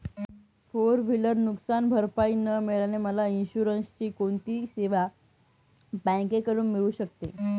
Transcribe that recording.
Four wheeler नुकसानभरपाई न मिळाल्याने मला इन्शुरन्सची कोणती सेवा बँकेकडून मिळू शकते?